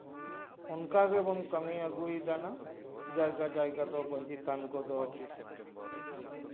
ᱚᱱᱠᱟ ᱜᱮᱵᱚᱱ ᱠᱟᱹᱢᱤ ᱟᱹᱜᱩᱭᱮᱫᱟ ᱱᱟᱝ ᱡᱟᱭᱜᱟ ᱡᱟᱭᱜᱟ ᱫᱚ ᱢᱟᱺᱡᱷᱤ ᱛᱷᱟᱱ ᱠᱚᱫᱚ